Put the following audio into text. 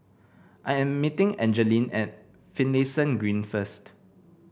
I am meeting Angeline at Finlayson Green first